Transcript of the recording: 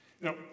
Now